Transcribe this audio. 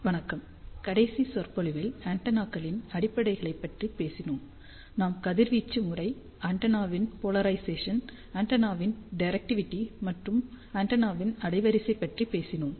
வணக்கம் கடைசி சொற்பொழிவில் ஆண்டெனாக்களின் அடிப்படைகளைப் பற்றி பேசினோம் நாம் கதிர்வீச்சு முறை ஆண்டெனாவின் பொலரைஷேசன் ஆண்டெனாவின் டிரெக்டிவிடி மற்றும் ஆண்டெனாவின் அலைவரிசை பற்றி பேசினோம்